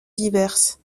diverses